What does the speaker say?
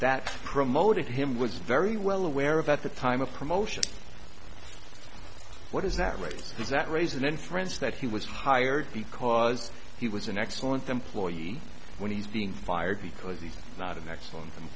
that promoted him was very well aware of at the time of promotion what is that race does that raise an inference that he was hired because he was an excellent employee when he's being fired because he's not an excellent